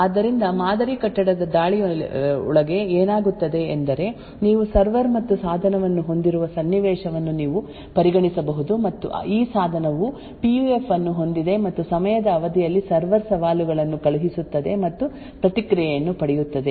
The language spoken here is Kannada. ಆದ್ದರಿಂದ ಮಾದರಿ ಕಟ್ಟಡದ ದಾಳಿಯೊಳಗೆ ಏನಾಗುತ್ತದೆ ಎಂದರೆ ನೀವು ಸರ್ವರ್ ಮತ್ತು ಸಾಧನವನ್ನು ಹೊಂದಿರುವ ಸನ್ನಿವೇಶವನ್ನು ನೀವು ಪರಿಗಣಿಸಬಹುದು ಮತ್ತು ಈ ಸಾಧನವು ಪಿಯುಎಫ್ ಅನ್ನು ಹೊಂದಿದೆ ಮತ್ತು ಸಮಯದ ಅವಧಿಯಲ್ಲಿ ಸರ್ವರ್ ಸವಾಲುಗಳನ್ನು ಕಳುಹಿಸುತ್ತದೆ ಮತ್ತು ಪ್ರತಿಕ್ರಿಯೆಯನ್ನು ಪಡೆಯುತ್ತದೆ